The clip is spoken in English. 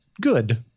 good